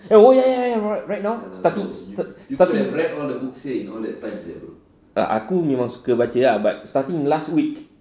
oh ya ya ya right right now starting starting ah aku memang suka baca ah but starting last week